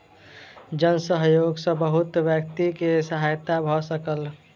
जन सहयोग सॅ बहुत व्यक्ति के सहायता भ सकल